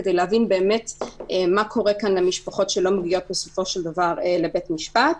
כדי להבין מה קורה למשפחות שלא מגיעות בסופו של דבר לבית המשפט.